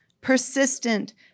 persistent